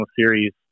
series